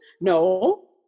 No